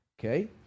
Okay